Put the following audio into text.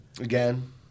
again